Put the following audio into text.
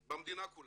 במדינה כולה